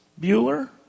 Bueller